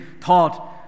taught